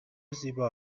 زیبا